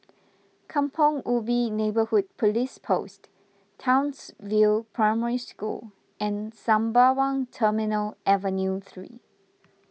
Kampong Ubi Neighbourhood Police Post Townsville Primary School and Sembawang Terminal Avenue three